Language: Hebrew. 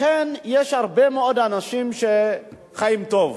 לכן יש הרבה מאוד אנשים שחיים טוב.